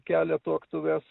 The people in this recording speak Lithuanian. kelia tuoktuves